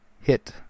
hit